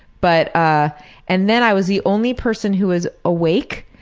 but ah and then i was the only person who was awake,